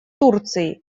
турции